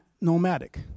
nomadic